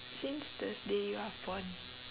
since the day you are born